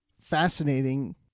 fascinating